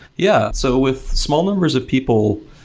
yeah. so with small numbers of people,